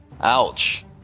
Ouch